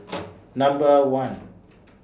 Number one